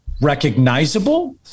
recognizable